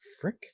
frick